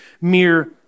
mere